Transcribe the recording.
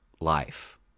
life